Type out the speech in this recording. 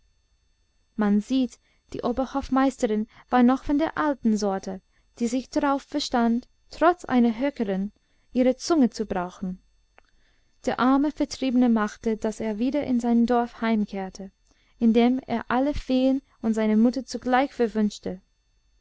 man sieht die oberhofmeisterin war noch von der alten sorte die sich drauf verstand trotz einer höckerin ihre zunge zu brauchen der arme vertriebene machte daß er wieder in sein dorf heimkehrte indem er alle feen und seine mutter zugleich verwünschte